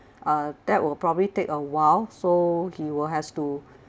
uh that will probably take a while so he will has to